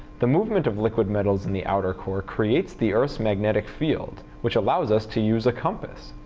the movement of liquid metals in the outer core creates the earth's magnetic field, which allows us to use a compass.